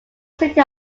city